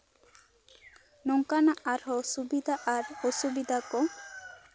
ᱱᱚᱝᱠᱟᱱᱟᱜ ᱟᱨᱦᱚᱸ ᱥᱩᱵᱤᱫᱷᱟ ᱟᱨ ᱚᱥᱩᱵᱤᱫᱷᱟ ᱠᱚ